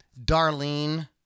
Darlene